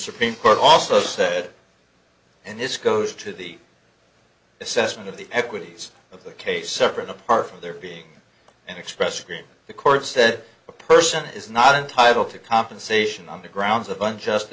supreme court also said and this goes to the assessment of the equities of the case separate apart from there being an expression green the court said a person is not entitled to compensation on the grounds of unjust